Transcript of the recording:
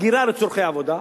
הגירה לצורכי עבודה,